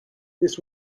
this